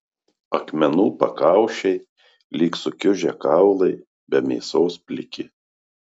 akmenų pakaušiai lyg sukiužę kaulai be mėsos pliki